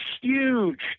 huge